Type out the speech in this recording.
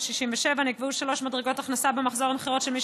ונקבעו שלוש מדרגות הכנסה במחזור המכירות של מי